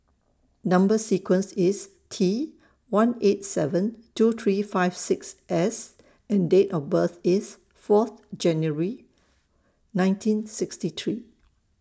Number sequence IS T one eight seven two three five six S and Date of birth IS Fourth January nineteen sixty three